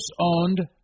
owned